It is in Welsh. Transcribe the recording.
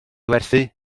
werthu